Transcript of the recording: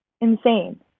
Insane